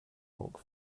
york